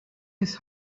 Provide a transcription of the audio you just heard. his